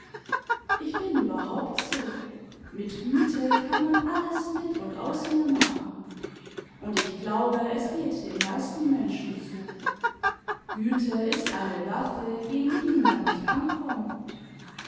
ich bin überhaupt so mit güte kann man alles mit und aus mir machen und ich glaube es geht den meisten menschen so güte ist eine waffe gegen die man nicht ankommt